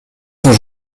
sont